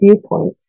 viewpoint